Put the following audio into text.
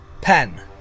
Pen